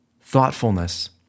thoughtfulness